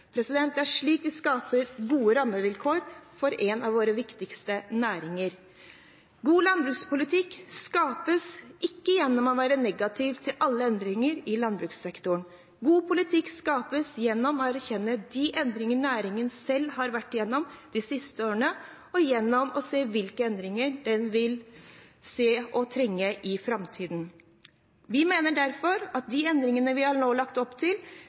Det er slik vi skaper gode rammevilkår for en av våre viktigste næringer. God landbrukspolitikk skapes ikke gjennom å være negativ til alle endringer i landbrukssektoren. God politikk skapes gjennom å erkjenne de endringer næringen selv har vært igjennom de siste årene, og gjennom å se hvilke endringer den vil trenge i framtiden. Vi mener derfor at de endringene vi nå har lagt opp til,